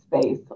space